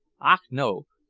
ach no!